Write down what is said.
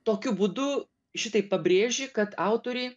tokiu būdu šitaip pabrėži kad autoriai